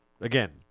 again